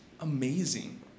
Amazing